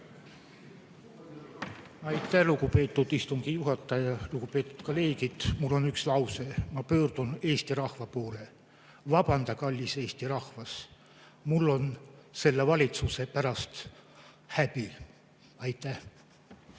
Aitäh, lugupeetud istungi juhataja! Lugupeetud kolleegid! Mul on üks lause, ma pöördun Eesti rahva poole: vabanda, kallis Eesti rahvas, mul on selle valitsuse pärast häbi. Aitäh!